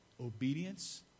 obedience